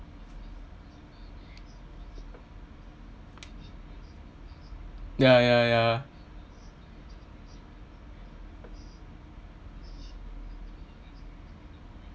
ya ya ya